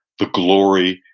the glory,